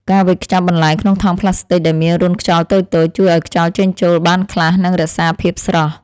ការវេចខ្ចប់បន្លែក្នុងថង់ប្លាស្ទិកដែលមានរន្ធខ្យល់តូចៗជួយឱ្យខ្យល់ចេញចូលបានខ្លះ និងរក្សាភាពស្រស់។